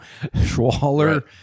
Schwaller